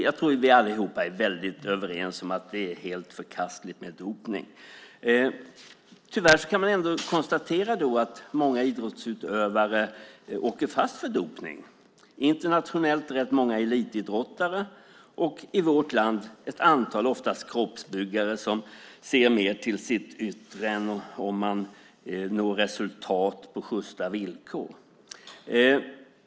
Jag tror att vi allihop är överens om att det är helt förkastligt med dopning. Tyvärr kan man ändå konstatera att många idrottsutövare åker fast för dopning. Internationellt är det rätt många elitidrottare och i vårt land ett antal, oftast kroppsbyggare som ser mer till sitt yttre än om de når resultat på sjysta villkor.